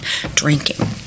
drinking